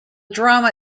drama